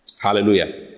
Hallelujah